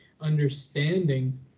understanding